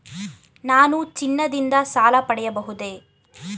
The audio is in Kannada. ನಾನು ಚಿನ್ನದಿಂದ ಸಾಲ ಪಡೆಯಬಹುದೇ?